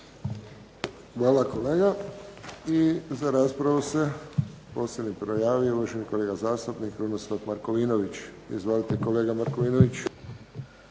Hvala, kolega. I za raspravu posljednji prijavio uvaženi kolega zastupnik Krunoslav Markovinović. Izvolite, kolega Markovinović.